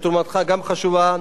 שתרומתך גם חשובה,